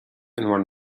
bhur